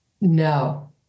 No